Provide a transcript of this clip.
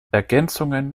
ergänzungen